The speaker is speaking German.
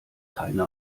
keine